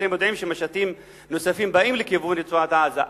אתם יודעים שמשטים נוספים באים לכיוון רצועת-עזה.